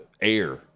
air